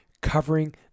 covering